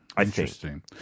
Interesting